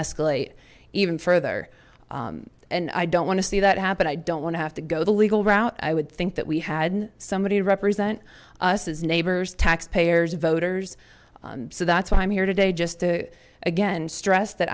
escalate even further and i don't want to see that happen i don't want to have to go the legal route i would think that we had somebody to represent us as neighbors taxpayers voters so that's why i'm here today just to again stress that